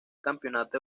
campeonato